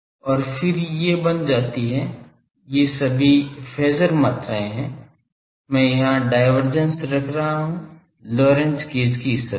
और फिर ये बन जाती हैं ये सभी फेज़र मात्राएँ हैं मैं यहाँ डायवर्जेंस रख रहा हूँ लोरेंटेज़ गेज की स्थिति को